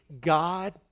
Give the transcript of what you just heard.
God